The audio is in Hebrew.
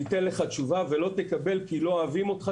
ניתן לך תשובה ולא תקבל כי לא אוהבים אותך